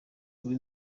kuri